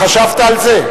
חשבת על זה?